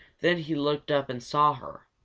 then he looked up and saw her,